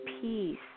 peace